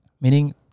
meaning